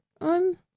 on